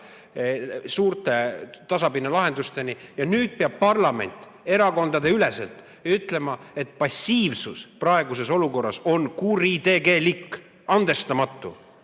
suurte tasapinnalahendusteni ja nüüd peab parlament erakondadeüleselt ütlema, et passiivsus praeguses olukorras on ku‑ri‑te‑ge‑lik. Andestamatu!